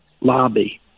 lobby